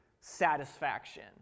satisfaction